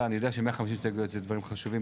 אני יודע ש-150 הסתייגויות זה דברים חשובים,